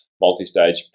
multi-stage